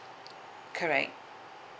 correct